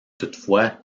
toutefois